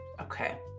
okay